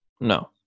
No